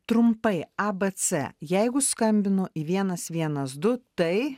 trumpai abc jeigu skambinu š vienas vienas du tai